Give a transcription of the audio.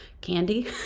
candy